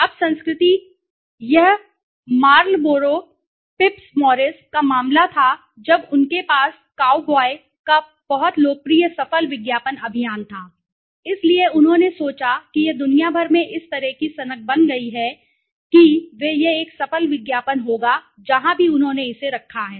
अब संस्कृति अब मैं यहां एक उदाहरण दूंगा यह यह मार्लबोरो पिप्स मॉरिस का मामला था जब उनके पास काऊ बॉय का बहुत लोकप्रिय सफल विज्ञापन अभियान था इसलिए उन्होंने सोचा कि यह दुनिया भर में इस तरह की सनक बन गई है कि वे यह एक सफल विज्ञापन होगा जहाँ भी उन्होंने इसे रखा है